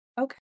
okay